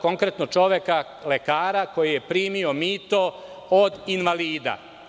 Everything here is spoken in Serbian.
Konkretno čoveka, lekara koji je primio mito od invalida.